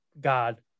God